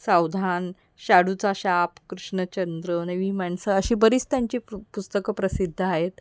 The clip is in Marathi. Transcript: सावधान शाडूचा शाप कृष्णचंद्र नवी माणसं अशी बरीच त्यांची पु पुस्तकं प्रसिद्ध आहेत